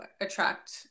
attract